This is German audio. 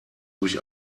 durch